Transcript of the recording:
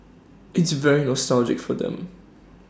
it's very nostalgic for them